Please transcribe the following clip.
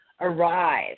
arrive